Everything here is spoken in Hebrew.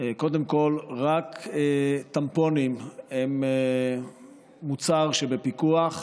שקודם כול רק טמפונים הם מוצר שבפיקוח.